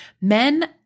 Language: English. Men